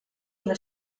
una